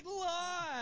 Live